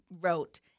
wrote